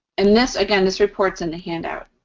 and this, again, this report's in the handout.